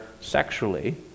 sexually